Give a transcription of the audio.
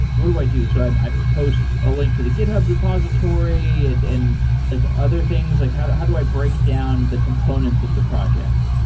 what do i do? so, i post a link to the github repository and and like other things. like how do how do i break down the components of the project?